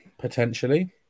Potentially